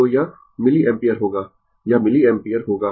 तो यह मिलिएम्पियर होगा यह मिलिएम्पियर होगा